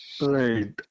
Right